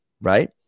right